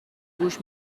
گوش